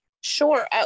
Sure